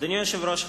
אדוני היושב-ראש,